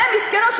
הן מסכנות,